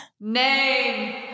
Name